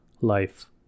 life